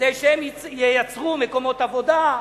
כדי שהם ייצרו מקומות עבודה,